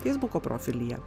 feisbuko profilyje